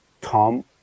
Tom